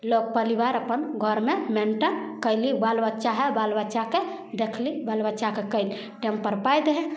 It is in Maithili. लोक परिवार अपन घरमे मेन्टन कएली बाल बच्चा हइ बाल बच्चाके देखली बाल बच्चाके कएली टेमपर पाइ दै हइ